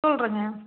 சொல்கிறேங்க